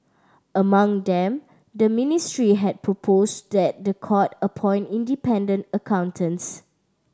among them the ministry had proposed that the court appoint independent accountants